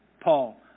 Paul